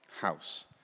house